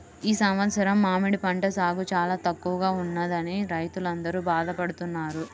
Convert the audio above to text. ఈ సంవత్సరం మామిడి పంట సాగు చాలా తక్కువగా ఉన్నదని రైతులందరూ బాధ పడుతున్నారు